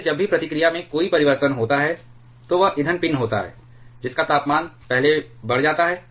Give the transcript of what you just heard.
जैसे जब भी प्रतिक्रिया में कोई परिवर्तन होता है तो वह ईंधन पिन होता है जिसका तापमान पहले बढ़ जाता है